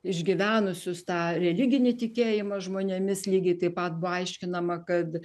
išgyvenusius tą religinį tikėjimą žmonėmis lygiai taip pat buvo aiškinama kad